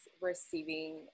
receiving